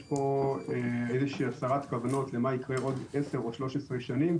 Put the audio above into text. יש פה איזה שהיא הצהרת כוונות למה יקרה בעוד עשר או 13 שנים,